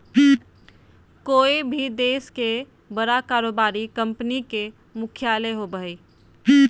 कोय भी देश के बड़ा कारोबारी कंपनी के मुख्यालय होबो हइ